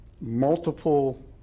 multiple